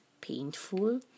painful